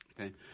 Okay